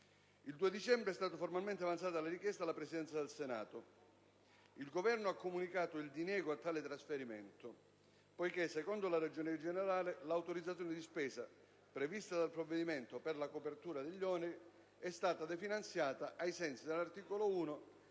Il 2 dicembre è stata avanzata formalmente la richiesta alla Presidenza del Senato. Il Governo ha comunicato il diniego a tale trasferimento poiché, secondo la Ragioneria generale dello Stato, l'autorizzazione di spesa prevista dal provvedimento per la copertura degli oneri è stata definanziata ai sensi dell'articolo 1